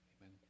Amen